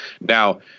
Now